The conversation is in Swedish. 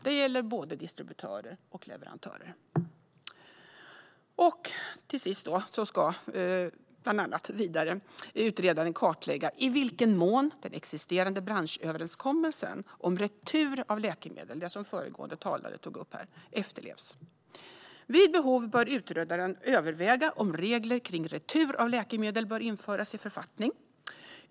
Det gäller både distributörer och leverantörer. Utredaren ska till sist bland annat kartlägga i vilken mån den existerande branschöverenskommelsen om retur av läkemedel, som föregående talare tog upp, efterlevs. Vid behov bör utredaren överväga om regler om retur av läkemedel bör införas i författning.